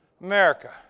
America